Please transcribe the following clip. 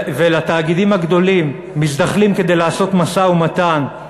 ולתאגידים הגדולים מזדחלים כדי לעשות משא-ומתן,